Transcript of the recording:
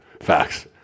Facts